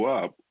up